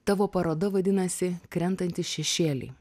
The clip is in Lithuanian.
tavo paroda vadinasi krentantys šešėliai